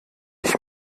ich